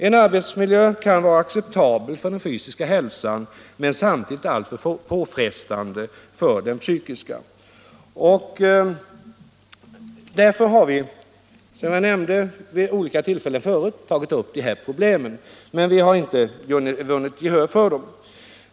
En arbetsmiljö kan vara acceptabel för den fysiska hälsan men samtidigt alltför påfrestande för den psykiska. Vi har, som jag nämnde, vid olika tillfällen tagit upp dessa problem, men vi har inte vunnit gehör för våra förslag.